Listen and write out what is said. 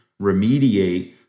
remediate